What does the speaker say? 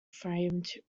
famed